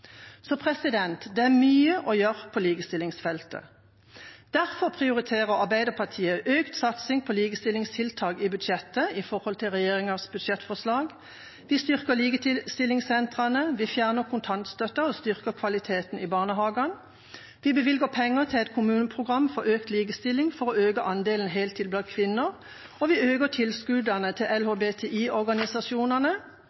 Så det er mye å gjøre på likestillingsfeltet. Derfor prioriterer Arbeiderpartiet økt satsing på likestillingstiltak i budsjettet i forhold til regjeringas budsjettforslag. Vi styrker likestillingssentrene. Vi fjerner kontantstøtten og styrker kvaliteten i barnehagene. Vi bevilger penger til et kommuneprogram for økt likestilling for å øke andelen heltid blant kvinner. Vi øker tilskuddene til